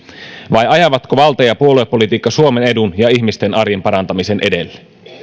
vai ajavatko valta ja puoluepolitiikka suomen edun ja ihmisten arjen parantamisen edelle